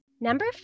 Number